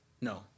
No